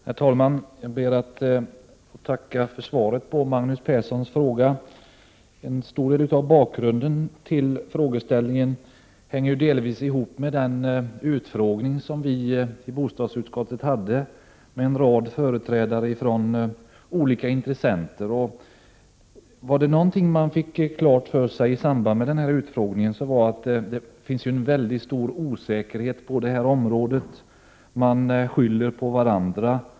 Herr talman! Jag ber att få tacka för svaret på Magnus Perssons fråga. Bakgrunden till frågeställningen hänger delvis ihop med den utfrågning vi hade i bostadsutskottet med en rad företrädare för olika intressen, och var det någonting man fick klart för sig i samband med utfrågningen så var det att det finns en stor osäkerhet på området. Man skyller på varandra.